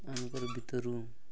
ମାନଙ୍କର ଭିତରୁ